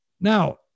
Now